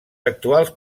actuals